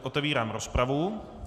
Otevírám rozpravu.